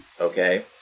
Okay